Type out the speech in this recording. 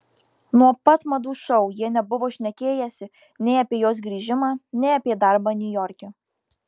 nuo pat madų šou jie nebuvo šnekėjęsi nei apie jos grįžimą nei apie darbą niujorke